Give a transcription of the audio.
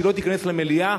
שהיא לא תיכנס למליאה,